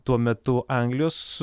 tuo metu anglijos